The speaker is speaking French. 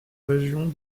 région